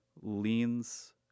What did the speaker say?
leans